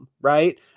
right